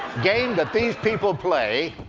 game that these people play.